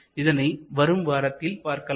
இதனை வரும்வாரத்தில் பார்க்கலாம்